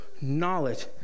knowledge